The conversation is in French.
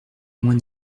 moins